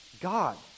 God